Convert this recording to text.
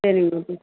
சரிங்க மேடம்